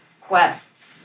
quests